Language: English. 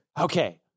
Okay